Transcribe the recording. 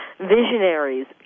visionaries